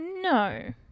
No